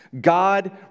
God